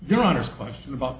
your honor's question about